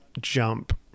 jump